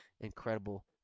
incredible